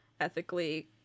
ethically